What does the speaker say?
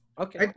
Okay